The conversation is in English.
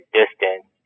distance